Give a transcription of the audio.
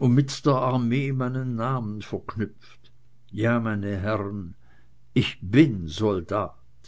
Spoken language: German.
und mit der armee meinen namen verknüpft ja meine herren ich bin soldat